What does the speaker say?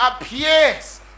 appears